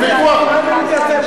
הם חייבים להתייצב.